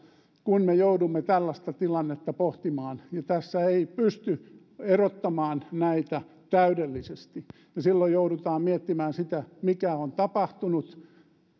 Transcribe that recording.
kun me joudumme tällaista tilannetta pohtimaan niin tässä ei pysty erottamaan näitä täydellisesti ja silloin joudutaan miettimään sitä mitä on tapahtunut